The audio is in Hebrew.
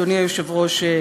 אדוני היושב-ראש,